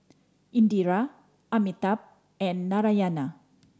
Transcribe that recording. Indira Amitabh and Narayana